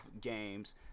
games